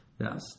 Yes